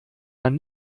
man